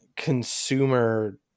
consumer